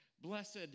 Blessed